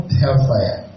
hellfire